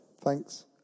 thanks